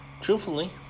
Truthfully